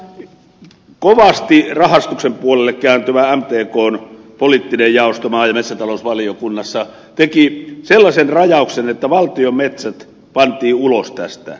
nyt tämä kovasti rahastuksen puolelle kääntyvä mtkn poliittinen jaosto maa ja metsätalousvaliokunnassa teki sellaisen rajauksen että valtion metsät pantiin ulos tästä